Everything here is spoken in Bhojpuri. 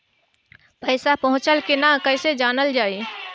पैसा पहुचल की न कैसे जानल जाइ?